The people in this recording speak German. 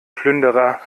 plünderer